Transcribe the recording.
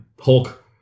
Hulk